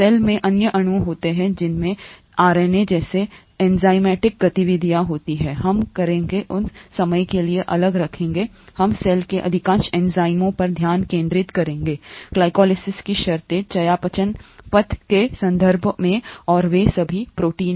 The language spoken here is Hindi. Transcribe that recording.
सेल में अन्य अणु होते हैं जिनमें आरएनए जैसे एंजाइमेटिक गतिविधियां होती हैं हम करेंगे उस समय के लिए अलग रखें हम सेल के अधिकांश एंजाइमों पर ध्यान केंद्रित करेंगे ग्लाइकोलाइसिस की शर्तें चयापचय पथ के संदर्भ में और वे सभी प्रोटीन हैं